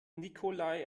nikolai